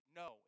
no